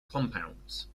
compounds